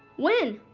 when?